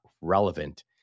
relevant